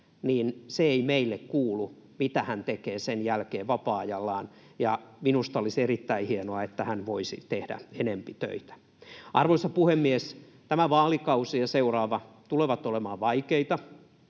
niin se ei meille kuulu, mitä hän tekee sen jälkeen vapaa-ajallaan. Ja minusta olisi erittäin hienoa, että hän voisi tehdä enempi töitä. Arvoisa puhemies! Tämä vaalikausi ja seuraava tulevat olemaan vaikeita.